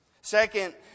Second